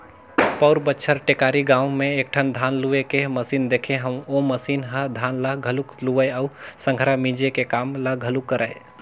पउर बच्छर टेकारी गाँव में एकठन धान लूए के मसीन देखे हंव ओ मसीन ह धान ल घलोक लुवय अउ संघरा मिंजे के काम ल घलोक करय